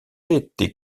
été